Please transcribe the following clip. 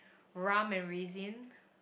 rum and raisin